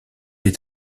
est